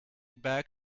bag